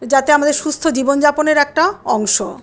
যাতে আমাদের সুস্থ জীবন যাপনের একটা অংশ